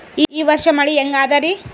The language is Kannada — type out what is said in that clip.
ಈ ವರ್ಷ ಮಳಿ ಹೆಂಗ ಅದಾರಿ?